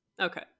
Okay